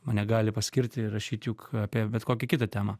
mane gali paskirti rašyt juk apie bet kokią kitą temą